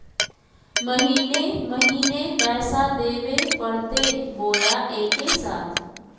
महीने महीने पैसा देवे परते बोया एके साथ?